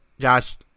Josh